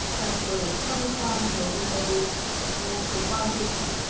that's where it's coming from. there's no multiple budgets